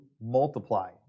multiply